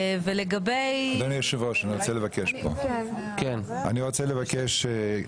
אדוני היושב-ראש, אני רוצה לבקש פה.